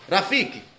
Rafiki